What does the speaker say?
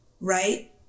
right